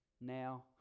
Now